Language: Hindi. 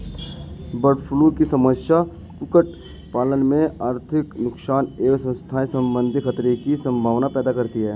बर्डफ्लू की समस्या कुक्कुट पालन में आर्थिक नुकसान एवं स्वास्थ्य सम्बन्धी खतरे की सम्भावना पैदा करती है